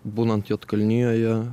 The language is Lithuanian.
būnant juodkalnijoje